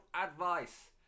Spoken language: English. Advice